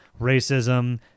racism